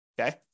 okay